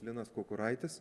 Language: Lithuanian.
linas kukuraitis